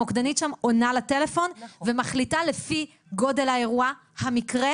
המוקדנית שם עונה לטלפון ומחליטה לפי גודל האירוע והמקרה,